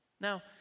Now